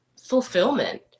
fulfillment